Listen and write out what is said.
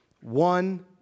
One